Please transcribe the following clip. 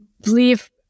believe